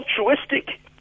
altruistic